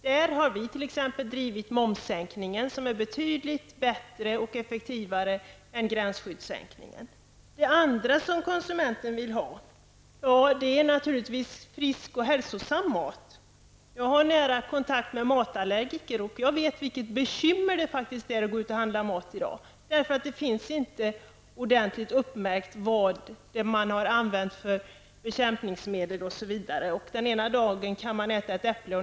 Där har t.ex. vi från miljöpartiet drivit momssänkningen, som är betydligt bättre och effektivare än gränsskyddssänkningen. Det andra som konsumenterna vill ha är naturligtvis frisk och hälsosam mat. Jag har nära kontakt med matallergiker, och jag vet vilket bekymmer det faktiskt är för dem att handla mat i dag Det finns inte ordentligt angivet vilka kemikalier som har använts osv. Ena dagen kan man äta ett äpple.